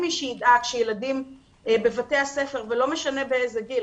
שידאג שילדים בבתי הספר ולא משנה באיזה גיל,